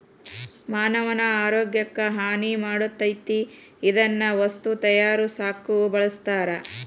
ಮಾನವನ ಆರೋಗ್ಯಕ್ಕ ಹಾನಿ ಮಾಡತತಿ ಇದನ್ನ ವಸ್ತು ತಯಾರಸಾಕು ಬಳಸ್ತಾರ